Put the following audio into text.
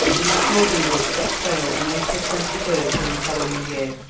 and accordingly set sail on april twenty first in the following year,